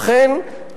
אכן,